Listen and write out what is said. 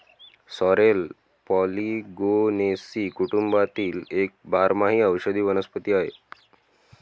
sorrel Polygonaceae कुटुंबातील एक बारमाही औषधी वनस्पती आहे